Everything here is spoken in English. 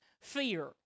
fear